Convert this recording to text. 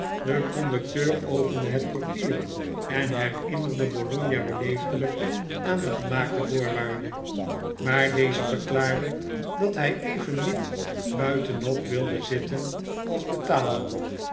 de conducteur opende het portier en herinnerde bologna beleefdelijk aan de gemaakte voorwaarde maar deze verklaarde dat hij evenmin buitenop wilde zitten als betalen